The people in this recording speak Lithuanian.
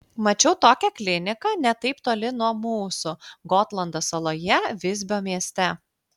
mačiau tokią kliniką ne taip toli nuo mūsų gotlando saloje visbio mieste